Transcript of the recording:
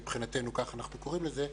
מבחינתנו כך אנחנו קוראים לה,